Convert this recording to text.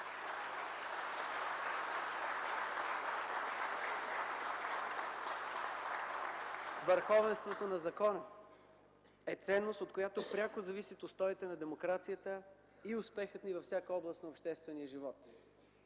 Върховенството на закона е ценност, от която пряко зависят устоите на демокрацията и успехът ни във всяка област на обществения живот.